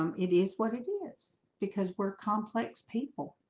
um it is what it is because we're complex people